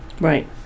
Right